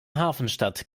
hafenstadt